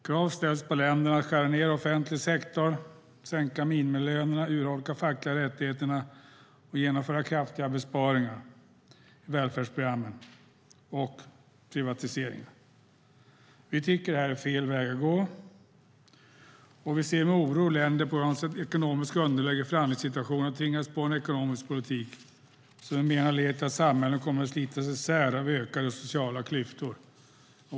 Krav ställs på länderna att skära ned i offentlig sektor, sänka minimilöner, urholka fackliga rättigheter, genomföra kraftiga besparingar i välfärdsprogrammen och genomföra privatiseringar. Vi tycker att detta är fel väg att gå. Vi ser med oro hur länder på grund av sitt ekonomiska underläge i förhandlingssituationen har tvingats på en ekonomisk politik som leder till att samhällen kommer att slitas isär av ökade sociala klyftor.